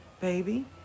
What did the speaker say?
baby